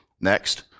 next